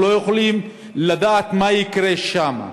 אנחנו לא יכולים לדעת מה יקרה שם.